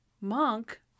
Monk